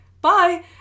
bye